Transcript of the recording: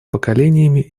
поколениями